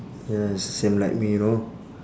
yes same like me you know